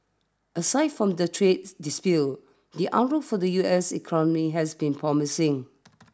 aside from the trades dispute the outlook for the U S economy has been promising